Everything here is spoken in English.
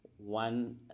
One